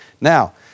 Now